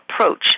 approach